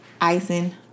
icing